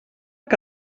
que